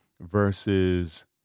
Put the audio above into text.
versus